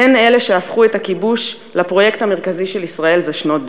הן אלה שהפכו את הכיבוש לפרויקט המרכזי של ישראל זה שנות דור.